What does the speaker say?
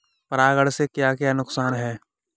परागण से क्या क्या नुकसान हैं?